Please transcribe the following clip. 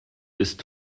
ist